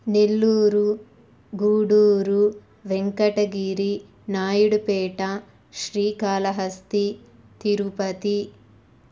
Nellore Gudur Venkatagiri Naidupeta Srikalahasti Tirupati